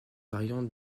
variante